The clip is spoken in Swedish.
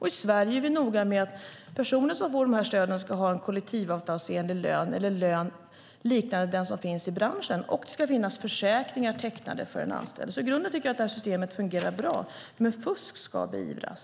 I Sverige är vi noga med att personer som får de här stöden ska ha en kollektivavtalsenlig lön eller en lön liknande den som finns i branschen, och det ska finnas försäkringar tecknade för den anställde. I grunden tycker jag att det här systemet fungerar bra, men fusk ska beivras.